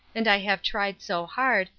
and i have tried so hard,